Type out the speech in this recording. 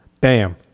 Bam